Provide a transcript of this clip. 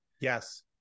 Yes